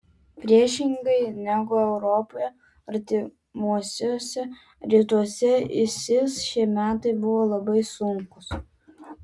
priešingai negu europoje artimuosiuose rytuose isis šie metai buvo labai sunkūs